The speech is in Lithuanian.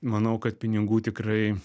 manau kad pinigų tikrai